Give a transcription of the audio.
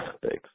Thanks